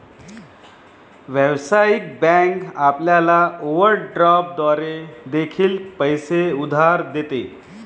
व्यावसायिक बँक आपल्याला ओव्हरड्राफ्ट द्वारे देखील पैसे उधार देते